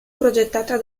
progettata